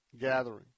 gathering